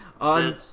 on